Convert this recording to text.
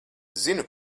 zinu